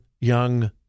young